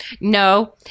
no